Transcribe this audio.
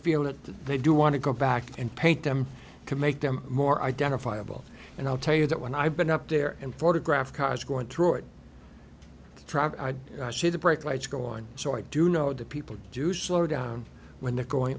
that they do want to go back and paint them to make them more identifiable and i'll tell you that when i've been up there and photographed cars going through it i see the brake lights go on so i do know that people do slow down when they're going